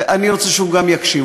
אני רוצה שגם הוא יקשיב.